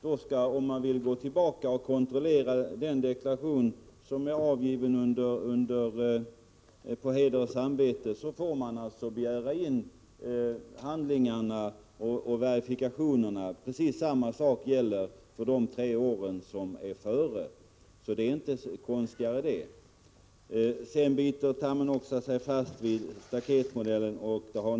Vill man gå tillbaka och kontrollera den deklaration som har avgivits på heder och samvete, får man alltså begära in handlingarna och verifikationerna. Precis samma sak gäller för de tre föregående åren. Det är alltså inte konstigare än så. Sedan biter Erkki Tammenoksa sig fast vid staketmodellen.